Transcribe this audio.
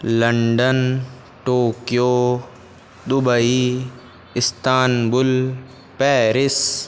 London Tokyo Dubai Istanbul Paris